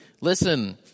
listen